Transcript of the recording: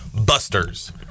Busters